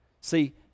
See